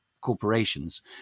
corporations